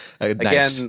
again